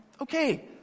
okay